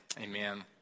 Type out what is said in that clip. Amen